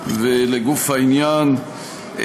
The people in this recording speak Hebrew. ולגוף העניין,